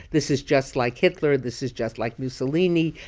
this is just like hitler. this is just like mussolini.